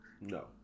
No